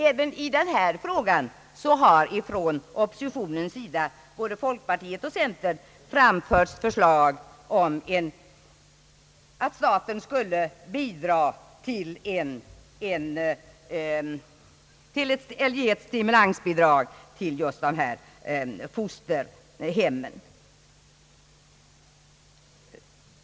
Även i den här frågan har från oppositionens sida, både av folkpartiet och centern, framförts förslag om att staten skulle ge ett stimulansbidrag till fosterhemmen.